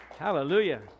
Hallelujah